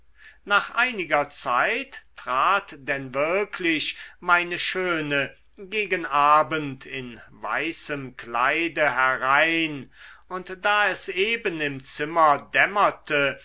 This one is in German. nach einiger zeit trat denn wirklich meine schöne gegen abend in weißem kleide herein und da es eben im zimmer dämmerte